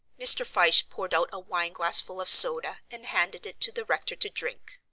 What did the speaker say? mr. fyshe poured out a wineglassful of soda and handed it to the rector to drink.